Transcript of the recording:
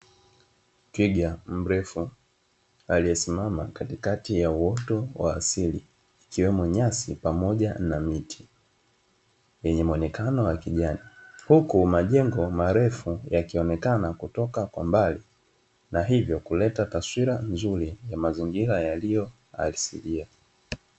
Twiga mrefu aliyesimama katikati ya uoto wa asili ikiwemo nyasi pamoja na miti wenye muonekeno wa kijani huku majengo yakionekana kutoka kwa mbali na hivyo kuleta taswira nzuri ya mazingira yaliyo asilia.